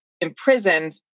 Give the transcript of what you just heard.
imprisoned